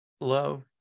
love